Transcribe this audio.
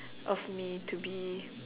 of me to be